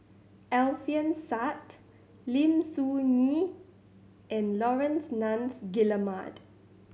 Alfian Sa'at Lim Soo Ngee and Laurence Nunns Guillemard